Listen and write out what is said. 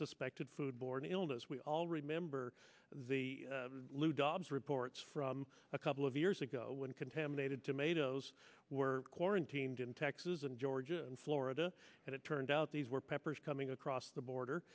suspected food borne illness we all remember the lou dobbs report from a couple of years ago when contaminated tomatoes were quarantined in texas and georgia and florida and it turned out these were peppers coming across the border